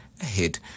ahead